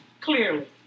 clearly